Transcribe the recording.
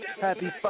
Happy